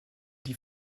die